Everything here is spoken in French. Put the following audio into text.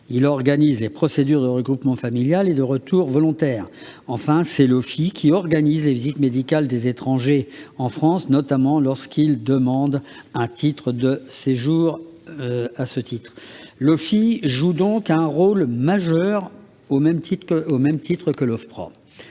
Il organise les procédures de regroupement familial et le retour volontaire. Enfin, c'est l'OFII qui organise les visites médicales des étrangers en France, notamment lorsqu'ils demandent un titre de séjour. L'OFII joue donc un rôle majeur, au même titre que l'Office